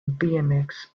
bmx